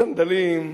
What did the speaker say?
סנדלים,